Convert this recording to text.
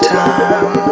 time